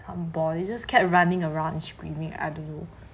some boy just kept running around screaming I don't know